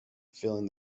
filling